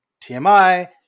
TMI